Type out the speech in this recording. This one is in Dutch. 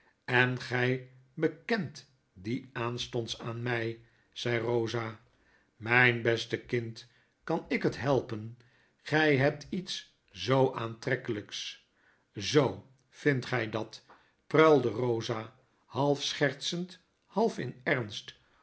en gy bekent die aanstonds aan my zei myn beste kind kan ik het helpen gy hebt i'ets zoo aantrekkelps zoo vindt gy dat pruilde rosa half schertsend half in ernst